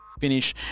finish